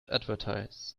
advertise